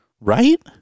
right